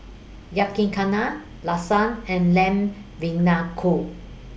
Yakizakana Lasagna and Lamb